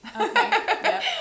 okay